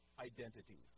identities